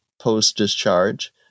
post-discharge